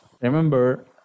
Remember